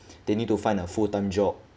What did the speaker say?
they need to find a full time job